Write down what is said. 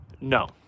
No